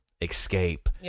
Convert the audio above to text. escape